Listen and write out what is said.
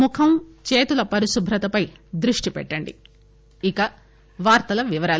ముఖం చేతుల శుభ్రతపై దృష్టి పెట్టండి ఇక వార్తల వివరాలు